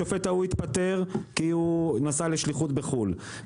השופט ההוא התפטר כי הוא נסע לשליחות בחו"ל,